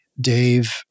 Dave